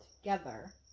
together